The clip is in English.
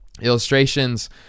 illustrations